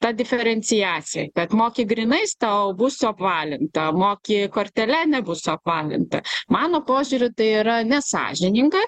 ta diferenciacija kad moki grynais tau bus suapvalinta moki kortele nebus suapvalinta mano požiūriu tai yra nesąžininga